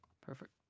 perfect